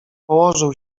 położył